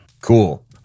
cool